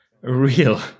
real